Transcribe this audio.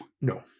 No